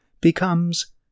becomes